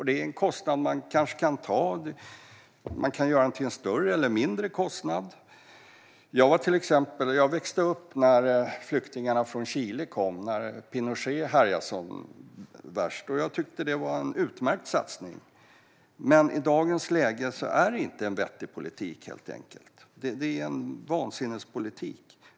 Det är en kostnad man kanske kan ta. Man kan göra den större eller mindre. Jag växte upp när flyktingarna från Chile kom när Pinochet härjade som värst och tyckte att det var en utmärkt satsning. Men i dagens läge är det inte en vettig politik. Det är en vansinnespolitik.